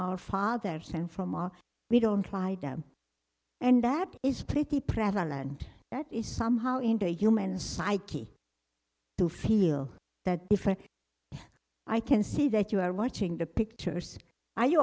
our fathers and from ah we don't klyde them and that is pretty prevalent that is somehow in the human psyche to feel that different i can see that you are watching the pictures